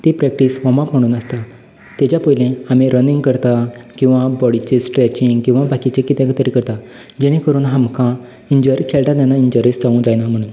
ती practice warm up म्हूण आसता ताच्या पयलीं आमी रनींग करता किंवा बॉडीचें स्ट्रेचींग किंवा बाकीचें कितें तरी करता जेणे करून आमकां इनज्यरी खेळटा तेन्ना इंनजरीस जावंक जायना म्हणून